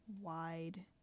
wide